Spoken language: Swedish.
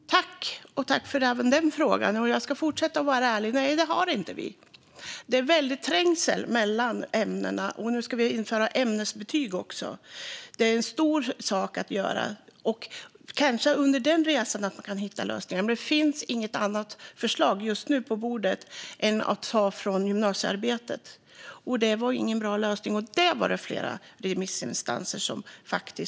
Fru talman! Jag tackar för den frågan också, och jag ska fortsätta att vara ärlig. Nej, något sådant förslag har vi inte. Det är en väldig trängsel mellan ämnena. Nu ska vi införa ämnesbetyg också. Det är en stor sak att göra. Kanske kan man under den resan hitta lösningar. Just nu finns det dock inget annat förslag på bordet än att ta från gymnasiearbetet. Det var ingen bra lösning, vilket också flera remissinstanser påpekade.